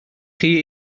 chi